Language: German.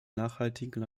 nachhaltigen